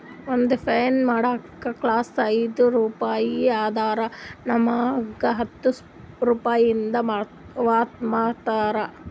ಒಂದ್ ಪೆನ್ ಮಾಡ್ಲಕ್ ಕಾಸ್ಟ್ ಐಯ್ದ ರುಪಾಯಿ ಆದುರ್ ನಮುಗ್ ಹತ್ತ್ ರೂಪಾಯಿಗಿ ಮಾರ್ತಾರ್